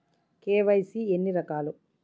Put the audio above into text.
KYC ఎన్ని రకాలు?